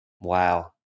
Wow